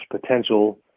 potential